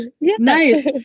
nice